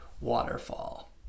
Waterfall